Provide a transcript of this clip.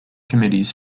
committees